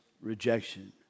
rejection